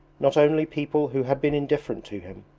not only people who had been indifferent to him,